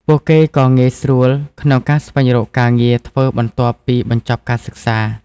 ពួកគេក៏ងាយស្រួលក្នុងការស្វែងរកការងារធ្វើបន្ទាប់ពីបញ្ចប់ការសិក្សា។